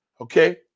Okay